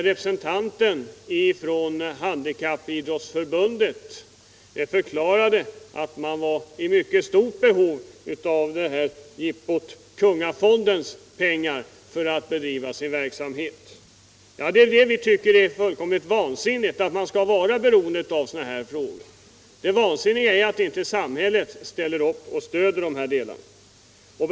Representanten för Handikappidrottsförbundet förklarade att man i mycket stor utsträckning var i behov av jippot Kungafondens pengar för att bedriva sin verksamhet. Vi tycker att det är fullkomligt vansinnigt att man skall vara beroende av sådana gåvor. Det är också vansinnigt att samhället inte ställer upp och stöder dessa grupper i den omfattning som är behövligt.